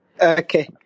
Okay